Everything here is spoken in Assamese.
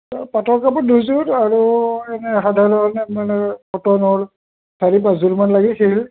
পাটৰ কাপোৰ দুইযোৰ আৰু এনে সাধাৰণ কটনৰ চাৰি পাঁচযোৰ মান লাগিছিল